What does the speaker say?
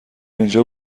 اینجا